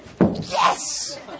Yes